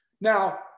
Now